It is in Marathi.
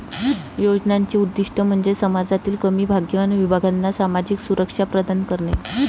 योजनांचे उद्दीष्ट म्हणजे समाजातील कमी भाग्यवान विभागांना सामाजिक सुरक्षा प्रदान करणे